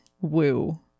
woo